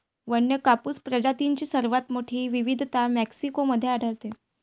वन्य कापूस प्रजातींची सर्वात मोठी विविधता मेक्सिको मध्ये आढळते